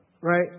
right